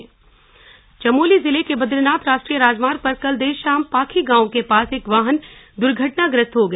सड़क दुर्घटना चमोली जिले के बद्रीनाथ राष्ट्रीय राजमार्ग पर कल देर शाम पाखी गांव के पास एक वाहन द्वर्घटना ग्रस्त हो गया